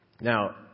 Now